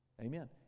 Amen